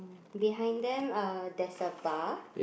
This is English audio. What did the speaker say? behind them uh there's a bar